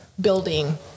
building